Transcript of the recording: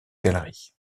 galerie